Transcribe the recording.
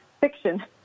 fiction